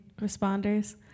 responders